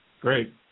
Great